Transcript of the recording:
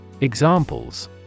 Examples